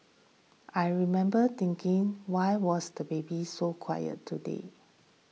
I remember thinking why was the baby so quiet today